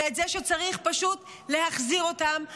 ואת זה שצריך פשוט להחזיר אותם עכשיו.